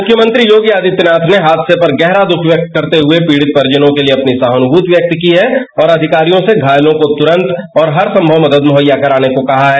मुख्यमंत्री योगी आदित्यनाथ ने हादसे पर गहरा दुख व्यक्त करते हुए पीडित परिजनों के लिए अपनी सहान्भूति व्यक्त की है और अधिकारियों से घायलों को तूरंत और हर संभव मदद प्रदान मुहैया कराने को कहा है